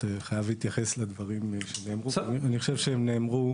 חושב שהם נאמרו